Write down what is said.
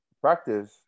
Practice